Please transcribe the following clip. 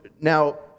Now